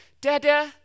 Dada